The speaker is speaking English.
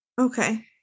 Okay